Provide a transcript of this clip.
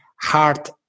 heart